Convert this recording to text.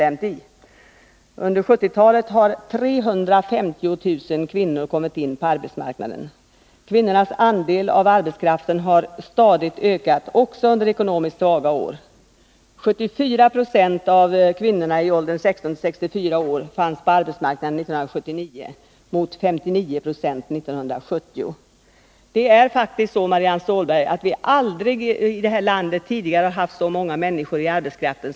Under 1970-talet har 350 000 kvinnor kommit in på arbetsmarknaden. Kvinnornas andel av arbetskraften har stadigt ökat också under ekonomiskt svaga år. 74 Yo av kvinnorna i åldern 16-64 år fanns på arbetsmarknaden 1979 mot 59 96 år 1970. Det är faktiskt så, Marianne Stålberg, att vi aldrig tidigare i detta land har haft så många kvinnor sysselsatta.